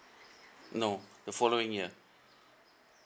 no the following year